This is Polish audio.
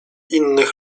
innych